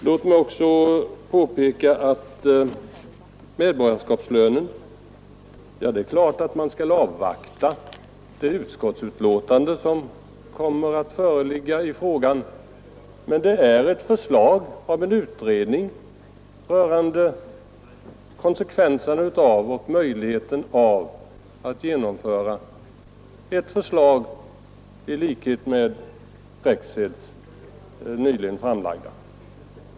Låt mig också påpeka att man naturligtvis skall avvakta det utskottsbetänkande som kommer att föreligga i frågan om medborgarlön. Det gäller dock här ett förslag om en utredning rörande konsekvenserna av och möjligheten att genomföra ett system i likhet med det som Rexed nyligen har föreslagit.